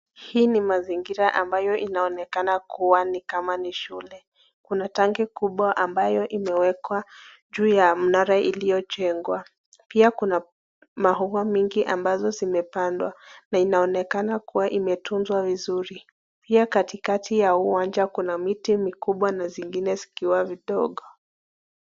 Hii ni mazingira ambayo inaonekana kuwa ni kama ni shule. Kuna tanki kubwa ambayo imewekwa juu ya mnara iliyojengwa. Pia kuna maua mingi ambazo zimepandwa na inainekana kuwa imetunzwa vizuri. Pia katikati ya uwanja kuna miti kubwa na zingine zikiwa vidogo.